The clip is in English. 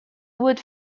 would